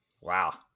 Wow